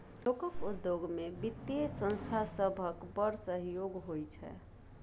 लोकक उद्योग मे बित्तीय संस्था सभक बड़ सहयोग होइ छै